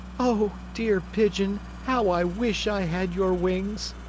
oh, dear pigeon, how i wish i had your wings!